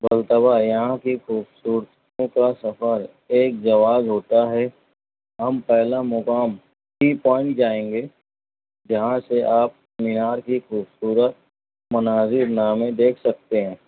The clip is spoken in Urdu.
بولتا ہوا یہاں کی خوبصورتیوں کا سفر ایک جواز ہوتا ہے ہم پہلا مقام ٹی پوائنٹ جائیں گے یہاں سے آپ مینار کی خوبصورت مناظر نامے دیکھ سکتے ہیں